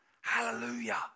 Hallelujah